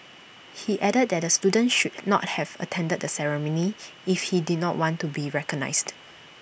he added that the student should not have attended the ceremony if he did not want to be recognised